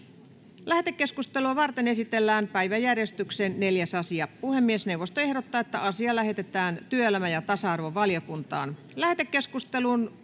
Lähetekeskustelua varten esitellään päiväjärjestyksen 4. asia. Puhemiesneuvosto ehdottaa, että asia lähetetään työelämä- ja tasa-arvovaliokuntaan.